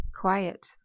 quiet